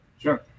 Sure